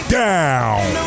down